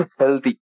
healthy